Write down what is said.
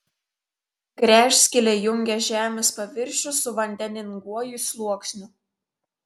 gręžskylė jungia žemės paviršių su vandeninguoju sluoksniu